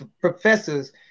professors